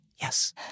Yes